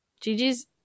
Gigi's